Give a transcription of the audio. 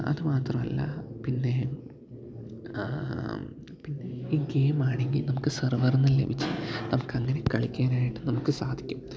അതു മാത്രമല്ല പിന്നെ പിന്നെ ഈ ഗെയിം ആണെങ്കില് നമുക്ക് സര്വറില്നിന്നു ലഭിച്ച് നമുക്കങ്ങനെ കളിക്കാനായിട്ട് നമുക്ക് സാധിക്കും